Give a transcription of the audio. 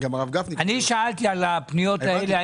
זה היה לפני הבחירות הקודמות.